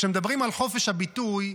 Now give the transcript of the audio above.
כשמדברים על חופש הביטוי,